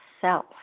self